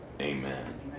Amen